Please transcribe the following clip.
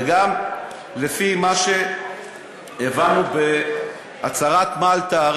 וגם לפי מה שהבנו בהצהרת מלטה,